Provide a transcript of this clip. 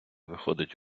виходить